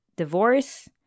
divorce